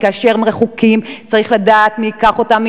כי כאשר הם רחוקים צריך לדעת מי ייקח אותם,